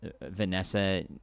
Vanessa